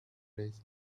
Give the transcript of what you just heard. days